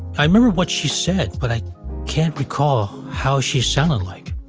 i remember what she said but i can't recall how she sounded like?